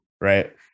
right